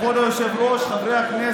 אתה חצוף.